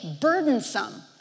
burdensome